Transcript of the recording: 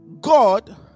God